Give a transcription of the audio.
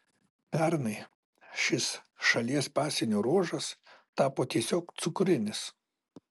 pernai šis šalies pasienio ruožas tapo tiesiog cukrinis